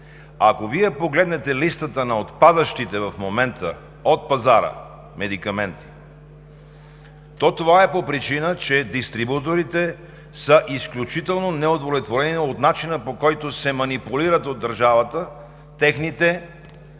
ако Вие погледнете листата на отпадащите в момента от пазара медикаменти, то това е по причина, че дистрибуторите са изключително неудовлетворени от начина, по който се манипулират от държавата техните влизания